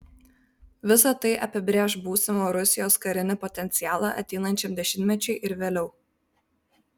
visa tai apibrėš būsimą rusijos karinį potencialą ateinančiam dešimtmečiui ir vėliau